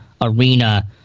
arena